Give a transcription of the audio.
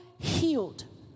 healed